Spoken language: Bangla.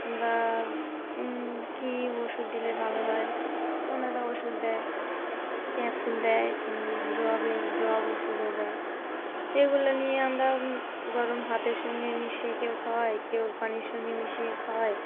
বা কী ওষুধ দিলে ভালো হয় ওনারা ওষুধ দেয় ক্যাপসুল দেয় এমনি ড্রপে ড্রপ ওষুধও দেয় এগুলো নিয়ে আমরা গরম ভাতের সঙ্গে মিশিয়ে কেউ খাওয়াই কেউ পানির সঙ্গে মিশিয়ে খাওয়াই